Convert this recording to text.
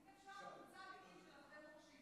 אם אפשר את הנ"צ של שדה מוקשים,